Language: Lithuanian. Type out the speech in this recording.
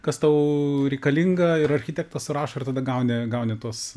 kas tau reikalinga ir architektas surašo ir tada gauni gauni tuos